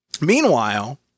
Meanwhile